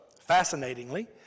fascinatingly